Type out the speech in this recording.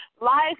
life